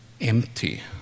empty